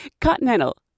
Continental